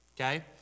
okay